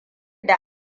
da